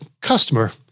customer